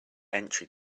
entry